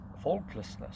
faultlessness